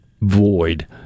void